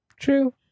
True